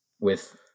with-